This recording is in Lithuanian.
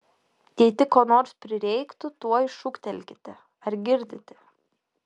jei tik ko nors prireiktų tuoj šūktelkite ar girdite